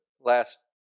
last